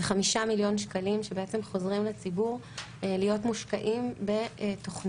מדובר ב-5 מיליון שקלים שבעצם חוזרים לציבור להיות מושקעים בתוכניות